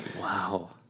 Wow